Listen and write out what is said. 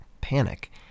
panic